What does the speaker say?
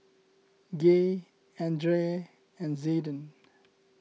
Gay andrae and Zayden